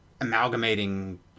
amalgamating